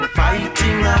fighting